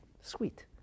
sweet